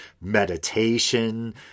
meditation